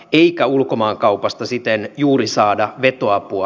piikaulkomaankaupasta siten juuri saada vetoapua